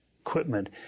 equipment